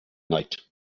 night